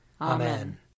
Amen